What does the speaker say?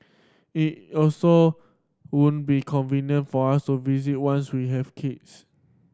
it also won't be convenient for us to visit once we have kids